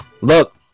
Look